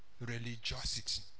Religiosity